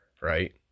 right